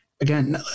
again